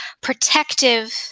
protective